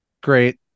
great